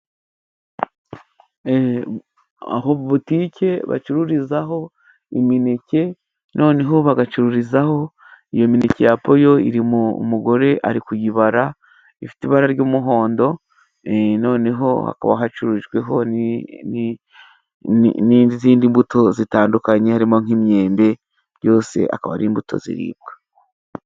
Aho butike bacururizaho imineke noneho bagacururizaho iyo mineke ya poyo iri mu mugore ari kuyibara ifite ibara ry'umuhondo noneho hakaba hacurujweho n'izindi mbuto zitandukanye harimo nk'imyembe byose akaba ari imbuto ziribwa.